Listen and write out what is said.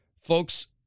Folks